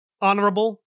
Honorable